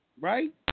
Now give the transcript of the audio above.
Right